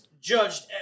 Judged